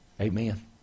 Amen